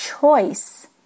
choice